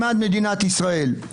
למען מדינת ישראל.